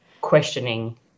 questioning